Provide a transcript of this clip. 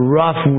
rough